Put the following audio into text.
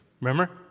Remember